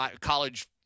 college